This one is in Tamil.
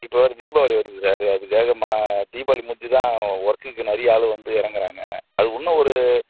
இப்போ வேறு தீபாவளி வருது சார் அதுக்காக மா தீபாவளி முடிஞ்சுதான் ஒர்க்குக்கு நிறைய ஆள் வந்து இறங்கறாங்க அதுக்கு இன்னும் ஒரு